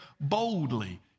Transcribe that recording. boldly